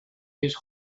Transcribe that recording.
his